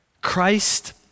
Christ